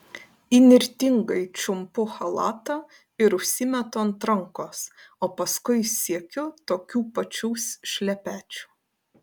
įnirtingai čiumpu chalatą ir užsimetu ant rankos o paskui siekiu tokių pačių šlepečių